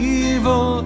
evil